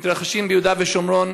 שמתרחשים ביהודה ושומרון,